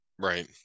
Right